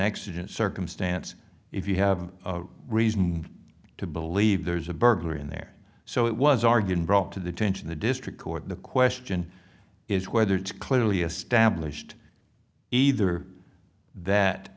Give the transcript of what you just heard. accident circumstance if you have reason to believe there's a burglar in there so it was argued brought to the attention the district court the question is whether it's clearly established either that